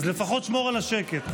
אז לפחות שמור על השקט.